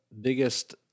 biggest